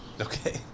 Okay